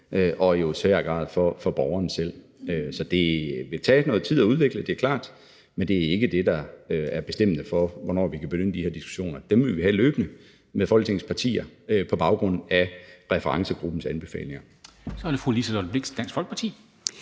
og jo i høj grad for borgeren selv. Det vil tage noget tid at udvikle det, det er klart, men det er ikke det, der er bestemmende for, hvornår vi kan begynde at tage de her diskussioner – dem vil vi have løbende med Folketingets partier på baggrund af referencegruppens anbefalinger. Kl. 13:11 Formanden (Henrik Dam Kristensen):